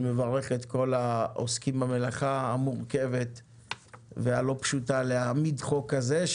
אני מברך את כל העוסקים במלאכה המורכבת והלא פשוטה להעמיד חוק כזה.